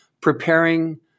preparing